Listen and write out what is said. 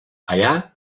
allà